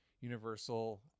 universal